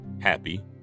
happy